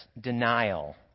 denial